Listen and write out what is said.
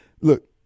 Look